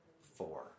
four